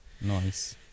Nice